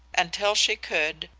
and till she could,